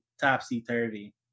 topsy-turvy